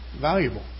valuable